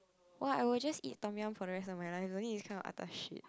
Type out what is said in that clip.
what I was just eat Tom-Yum for the rest of my life it's kind of like eat that shit